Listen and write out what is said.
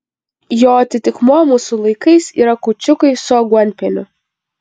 jo atitikmuo mūsų laikais yra kūčiukai su aguonpieniu